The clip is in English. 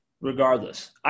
Regardless